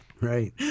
right